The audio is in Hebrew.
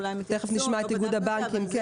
אולי איגוד הבנקים יתייחס.